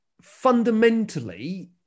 fundamentally